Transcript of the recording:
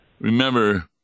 remember